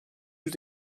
yüz